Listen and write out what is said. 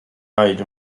age